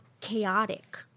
chaotic